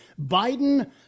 Biden